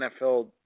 NFL